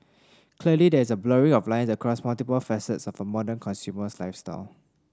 clearly there is a blurring of line across multiple facets of a modern consumer's lifestyle